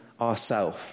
ourself